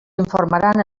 informaran